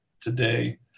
today